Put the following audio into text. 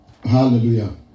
Hallelujah